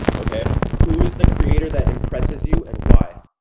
okay, who is the creator that impresses you and why?